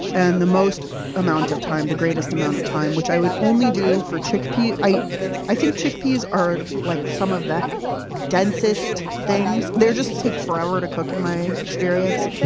and the most amount of time, the greatest amount of time which i would only do for chickpeas. i i think chickpeas are like some of the densest things. they just take forever to cook, in my experience.